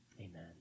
amen